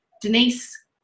Denise